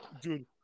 dude